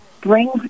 bring